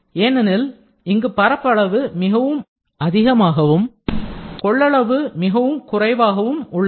ஏனெனில் இங்கு பரப்பளவு மிகவும் அதிகமாகும் கொள்ளளவு மிகவும் குறைவாகவும் உள்ளது